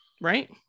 Right